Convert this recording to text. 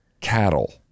cattle